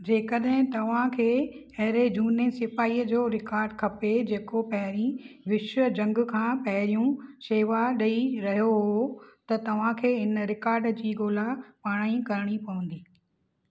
जेकॾहिं तव्हांखे अहिड़े झूने सिपाहीअ जो रिकॉर्ड खपे जेको पहिरीं विश्व जंग खां पहिरियों शेवा ॾेई रहियो हो त तव्हांखे हिन रिकॉर्ड जी ॻोल्हा पाणेई करणी पवंदी